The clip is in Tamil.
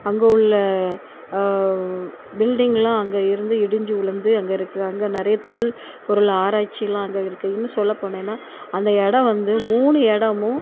அங்கே உள்ள பில்டிங்லாம் அங்கே இருந்து இடிஞ்சு விழுந்து அங்கே இருக்க அங்கே நிறைய தொல் பொருள் ஆராய்ச்சிலாம் அங்கே இருக்கு இன்னும் சொல்லபோனேனால் அந்த இடம் வந்து மூணு இடமும்